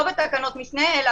לא בתקנות משנה.